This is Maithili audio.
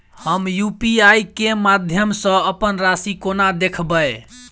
हम यु.पी.आई केँ माध्यम सँ अप्पन राशि कोना देखबै?